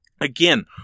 Again